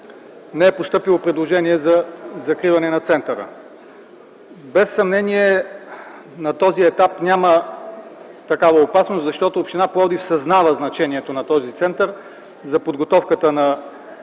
не е постъпило предложение за закриване на центъра. Без съмнение на този етап няма такава опасност, защото община Пловдив съзнава значението на този център за подготовката на